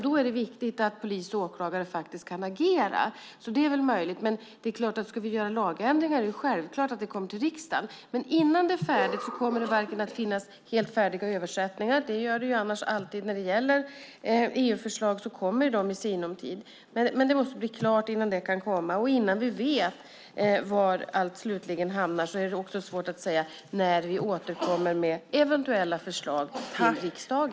Då är det viktigt att polis och åklagare kan agera. Om vi ska göra lagändringar är det självklart att de kommer till riksdagen, men innan det hela är färdigt kommer det inte att finnas helt färdiga översättningar - EU-förslag kommer ju annars i sinom tid - och innan vi vet var allt slutligen hamnar är det också svårt att säga när vi återkommer till riksdagen med eventuella förslag.